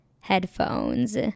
headphones